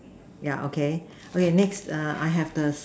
yeah okay okay next err I have the